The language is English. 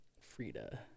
Frida